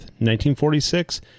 1946